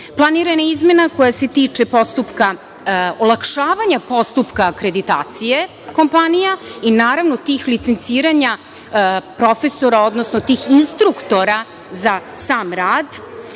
izmena koja se tiče olakšavanja postupka akreditacije kompanija i, naravno, tih licenciranja profesora odnosno tih instruktora za sam rad,